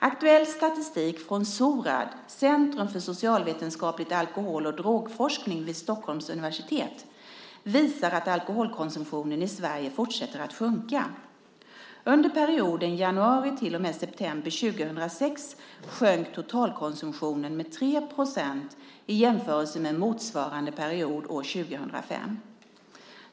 Aktuell statistik från Sorad visar att alkoholkonsumtionen i Sverige fortsätter att sjunka. Under perioden januari till och med september 2006 sjönk totalkonsumtionen med 3 % i jämförelse med motsvarande period år 2005.